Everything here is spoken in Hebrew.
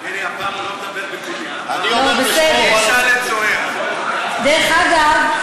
דרך אגב,